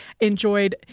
enjoyed